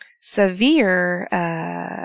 severe